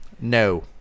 No